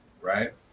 right